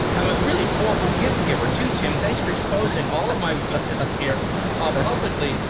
i'm a really horrible gift giver, too, tim. thanks for exposing all of my weaknesses here ah publicly.